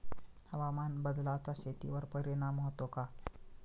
हवामान बदलाचा शेतीवर परिणाम होतो का?